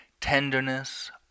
tenderness